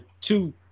two